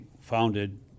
founded